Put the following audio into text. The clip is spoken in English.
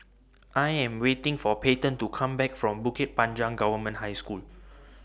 I Am waiting For Payton to Come Back from Bukit Panjang Government High School